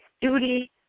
duty